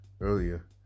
earlier